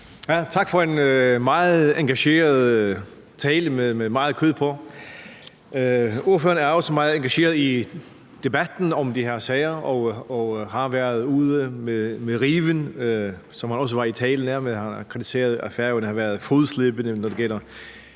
Tak for en meget engageret tale med meget kød på. Ordføreren er også meget engageret i debatten om de her sager og har været ude med riven, som han også var i talen her, og har kritiseret, at Færøerne har været fodslæbende,